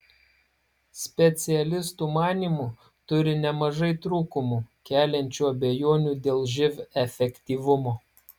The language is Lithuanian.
specialistų manymu turi nemažai trūkumų keliančių abejonių dėl živ efektyvumo